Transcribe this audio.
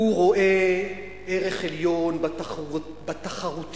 הוא רואה ערך עליון בתחרותיות,